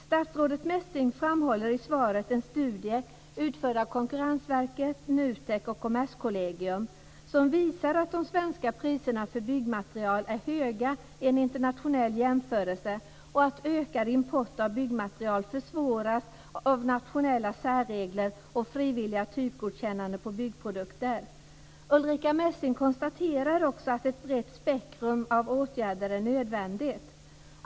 Statsrådet Messing lyfter i svaret fram en studie utförd av Konkurrensverket, NUTEK och Kommerskollegium som visar att de svenska priserna för byggmaterial är höga i en internationell jämförelse och att ökad import av byggmaterial försvåras av nationella särregler och frivilliga typgodkännanden på byggprodukter. Ulrica Messing konstaterar också att ett brett spektrum av åtgärder är nödvändigt.